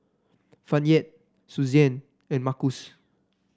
Fayette Susann and Markus